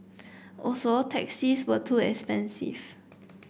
also taxis were too expensive